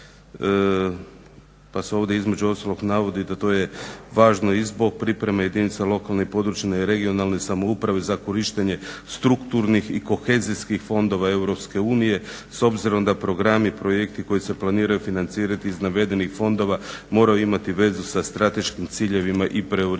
Pa se ovdje između ostalog navodi da to je važno i zbog pripreme jedinica lokalne i područne (regionalne) samouprave za korištenje strukturnih i kohezijskih fondova EU s obzirom da programi i projekti koji se planiraju financirati iz navedenih fondova moraju imati vezu sa strateškim ciljevima i prioritetima